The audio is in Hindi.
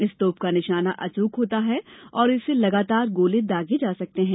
इस तोप का निशाना अचूक होता है और इससे लगातार गोले दागे जा सकते हैं